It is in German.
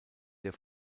der